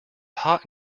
hot